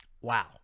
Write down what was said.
Wow